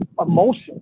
emotion